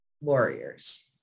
warriors